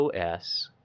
OS